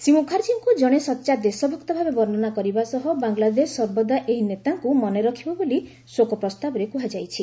ଶ୍ରୀ ମୁଖାର୍ଜୀଙ୍କୁ ଜଣେ ସଚ୍ଚା ଦେଶଭକ୍ତ ଭାବେ ବର୍ଷ୍ଣନା କରିବା ସହ ବାଙ୍ଗଲାଦେଶ ସର୍ବଦା ଏହି ନେତାଙ୍କୁ ମନେ ରଖିବ ବୋଲି ଶୋକ ପ୍ରସ୍ତାବରେ କୁହାଯାଇଛି